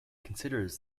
considers